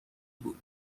بود